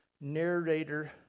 narrator